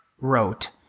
wrote